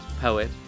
poet